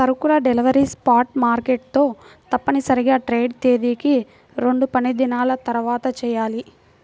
సరుకుల delivery spot market తో తప్పనిసరిగా ట్రేడ్ తేదీకి రెండుపనిదినాల తర్వాతచెయ్యాలి